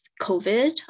covid